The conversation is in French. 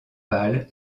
pâle